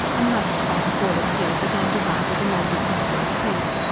and nudged by the fall of day began to ride at a more business-like pace,